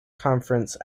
conference